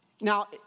Now